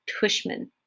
Tushman